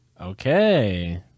Okay